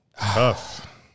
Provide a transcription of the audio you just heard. tough